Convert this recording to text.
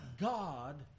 God